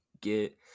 get